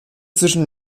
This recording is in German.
zwischen